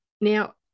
Now